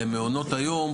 למעונות היום,